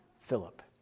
Philip